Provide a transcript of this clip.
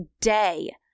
Day